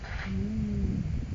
hmm